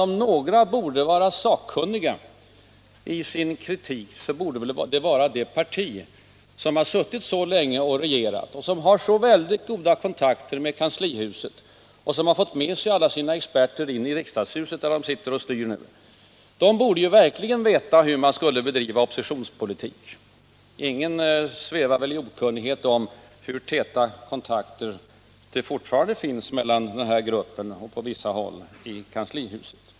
Om någon i sin kritik skulle vara sakkunnig, så borde det vara det parti som så länge har suttit och regerat och som har så väldigt goda kontakter med kanslihuset, det parti som fått med sig alla sina experter in i riksdagshuset, där de sitter och styr. De borde verkligen ha underlag för en klok oppositionspolitik. Och ingen svävar väl i okunnighet om de täta kontakter som fortfarande finns mellan den här gruppen och vissa delar av kanslihuset.